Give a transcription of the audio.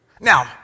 Now